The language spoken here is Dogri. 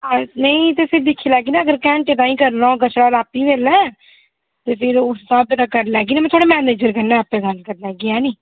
नेईं ते फ्ही दिक्खी लैगे ना अगर घैंटे ताईं करना होगा छड़ा रातीं बेल्लै ते फ्ही उस स्हाब कन्नै करी लैह्गे निं में थुआढ़े मैनेजर कन्नै आपूं गल्ल करी लैगी ऐह्नी